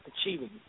achieving